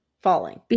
falling